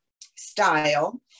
style